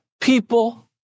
people